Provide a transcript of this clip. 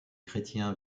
chrétiens